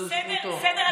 סדר הדברים.